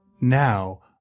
now